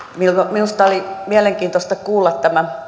minusta oli mielenkiintoista kuulla tämä